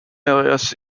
areas